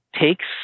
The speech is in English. takes